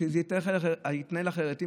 זה יתנהל אחרת.